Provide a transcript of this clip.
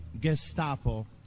Gestapo